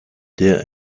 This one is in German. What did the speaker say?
der